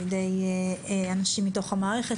על ידי אנשים מתוך המערכת,